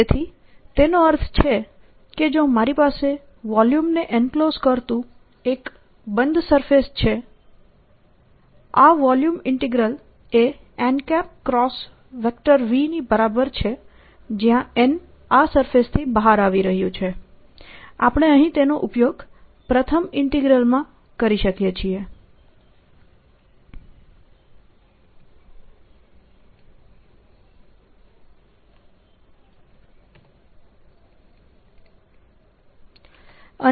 તેથી તેનો અર્થ એ છે કે જો મારી પાસે વોલ્યુમને એન્ક્લોઝ કરતુ એક બંધ સરફેસ છે આ વોલ્યુમ ઇન્ટીગ્રલ એ n v ની બરાબર છે જ્યાં n આ સરફેસથી બહાર આવી રહ્યું છે આપણે અહીં તેનો ઉપયોગ પ્રથમ ઇન્ટીગ્રલમાં કરી શકીએ છીએ